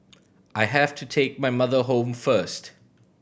I have to take my mother home first